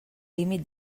límit